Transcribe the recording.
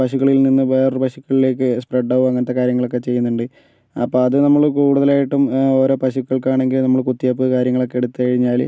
പശുക്കളിൽ നിന്ന് വേറൊരു പശുക്കളിലേക്ക് സ്പ്രെഡാവും അങ്ങനത്തെ കാര്യങ്ങളൊക്കെ ചെയ്യുന്നുണ്ട് അപ്പോൾ അത് നമ്മള് കൂടുതലായിട്ടും ഓരോ പശുക്കൾക്കാണെങ്കിലും നമ്മള് കുത്തിവെപ്പ് കാര്യങ്ങളൊക്കെ എടുത്തുകഴിഞ്ഞാല്